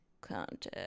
contact